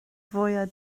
fwyaf